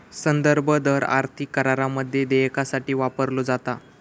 संदर्भ दर आर्थिक करारामध्ये देयकासाठी वापरलो जाता